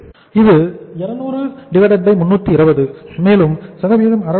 இது 200320 மேலும் சதவிகிதம் 62